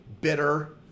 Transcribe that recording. bitter